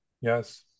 Yes